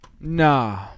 Nah